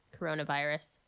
coronavirus